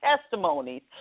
testimonies